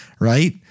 right